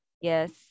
Yes